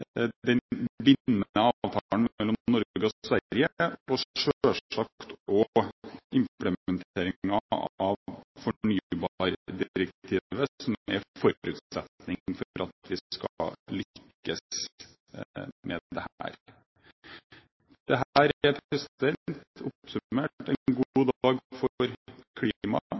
mellom Norge og Sverige, og selvsagt også med implementeringen av fornybardirektivet, som er forutsetningen for at vi skal lykkes med dette. Dette er – oppsummert – en god dag for klima, en god dag for forsyningssikkerheten, en god dag for